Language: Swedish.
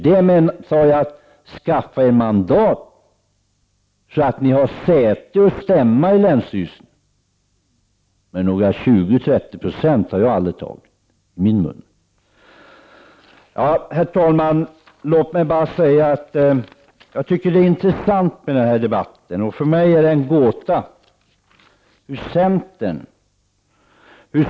Skaffa er mandat så att ni har säte och stämma i länsstyrelsen, sade jag, men några 20-30 96 har jag aldrig talat om. Herr talman! Låt mig säga att jag tycker att det är intressant med den här debatten. För mig är centerpartiets ställningstagande en gåta.